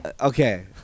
okay